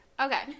Okay